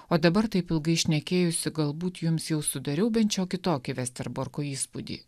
o dabar taip ilgai šnekėjusi galbūt jums jau sudariau bent šiokį tokį vesterborko įspūdį